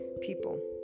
people